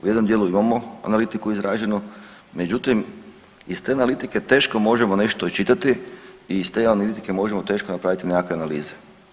U jednom dijelu imamo analitiku izraženu, međutim iz te analitike teško možemo nešto iščitati i iz te analitike možemo teško napraviti nekakve analize.